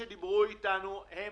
האנשים שדיברו איתנו הם